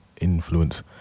influence